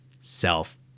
self